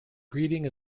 greeting